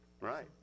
right